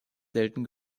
selten